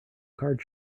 card